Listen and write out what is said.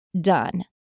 done